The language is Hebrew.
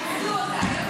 גם פיצלו אותה.